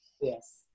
Yes